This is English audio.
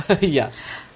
yes